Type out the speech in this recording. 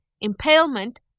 impalement